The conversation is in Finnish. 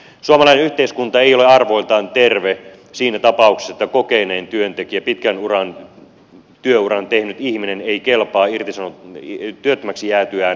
suomalainen yhteiskunta ei ole arvoiltaan terve siinä tapauksessa että kokenein työntekijä pitkän työuran tehnyt ihminen ei kelpaa työttömäksi jäätyään enää uuteen työhön